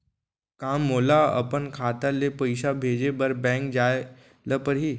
का मोला अपन खाता ले पइसा भेजे बर बैंक जाय ल परही?